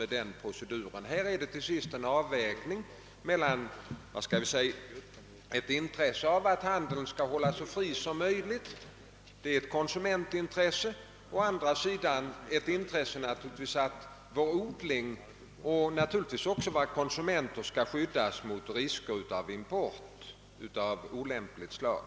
Det måste ske en avvägning mellan intresset av en så fri handel som möjligt — det är ett konsumentintresse — och intresset att skydda vår odling och naturligtvis också våra konsumenter mot risker av import av olämpligt slag.